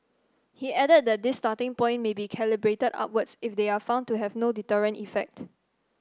he added that this starting point may be calibrated upwards if they are found to have no deterrent effect